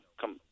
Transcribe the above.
come